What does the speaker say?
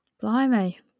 blimey